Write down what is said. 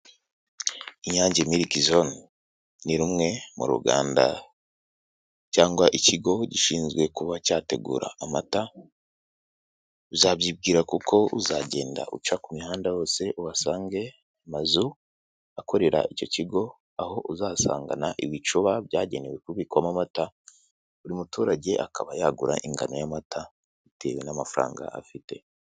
Inyange miriki zone, ni rumwe mu ruganda cyangwa ikigo gishinzwe kuba cyategura amata uzabyibwira kuko uzagenda uca ku mihanda hosehasange amazu akorera icyo kigo aho uzasangana ibicuba byagenewe kubikwamo amata buri muturage akaba yagura ingano y'amata bitewe n'amafaranga afite.